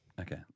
Okay